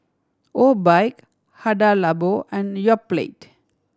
Obike Hada Labo and Yoplait